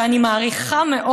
ואני מעריכה מאוד,